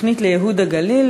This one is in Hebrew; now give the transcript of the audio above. תוכנית לייהוד הגליל.